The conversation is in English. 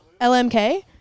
LMK